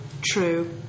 True